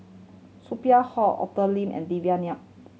Sophia Hull Arthur Lim and Devan Nair